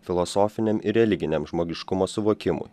filosofiniam ir religiniam žmogiškumo suvokimui